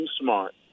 smart